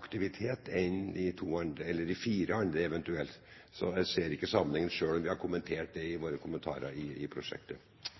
aktivitet enn de fire andre, eventuelt, så jeg ser ikke sammenhengen, selv om vi har kommentert det i våre kommentarer til prosjektet. Eg trudde at Fredriksen og Framstegspartiet var genuint interesserte i